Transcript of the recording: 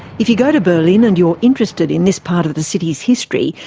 if you go to berlin and you're interested in this part of the city's history,